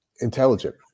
intelligent